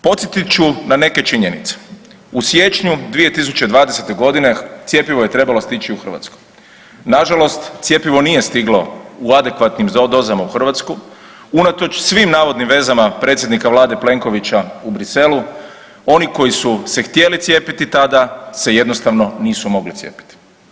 Podsjetit ću na neke činjenice, u siječnju 2020.g. cjepivo je trebalo stići u Hrvatsku, nažalost cjepivo nije stiglo u adekvatnim dozama u Hrvatsku, unatoč svim navodnim vezama predsjednika vlade Plenkovića u Bruxellesu, oni koji su se htjeli cijepiti tada se jednostavno nisu mogli cijepiti.